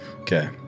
okay